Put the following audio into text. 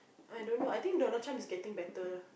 I don't know I think Donald-Trump is getting better